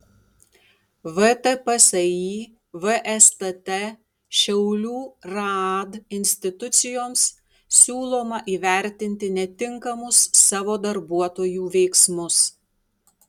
vtpsi vstt šiaulių raad institucijoms siūloma įvertinti netinkamus savo darbuotojų veiksmus